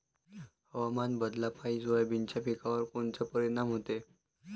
हवामान बदलापायी सोयाबीनच्या पिकावर कोनचा परिणाम होते?